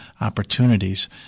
opportunities